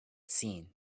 seen